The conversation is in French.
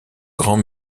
grand